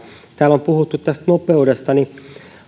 täällä on puhuttu nopeudesta ja